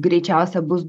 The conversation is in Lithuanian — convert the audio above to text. greičiausia bus